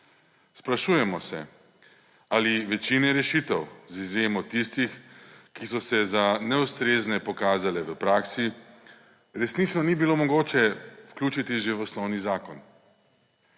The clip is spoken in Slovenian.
Sprašujemo se, ali večine rešitev, z izjemo tistih, ki so se za neustrezne pokazale v praksi, resnično ni bilo mogoče vključiti že v osnovni zakon.